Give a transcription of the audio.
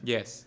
Yes